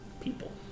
people